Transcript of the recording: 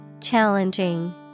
Challenging